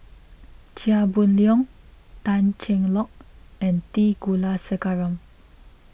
Chia Boon Leong Tan Cheng Lock and T Kulasekaram